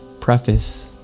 preface